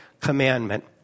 commandment